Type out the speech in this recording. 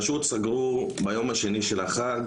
פשוט סגרו ביום השני של החג,